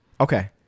Okay